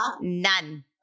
None